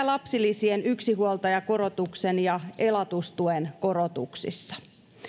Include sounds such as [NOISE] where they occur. [UNINTELLIGIBLE] lapsilisien yksinhuoltajakorotuksen ja elatustuen korotuksissa